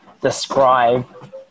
describe